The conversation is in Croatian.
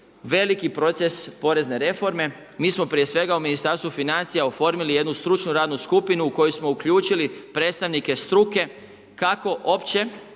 veliki proces porezne reforme. Mi smo prije svega u Ministarstvu financija oformili jednu stručnu radnu skupinu u koju smo uključili predstavnike struke kako opće